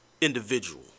individual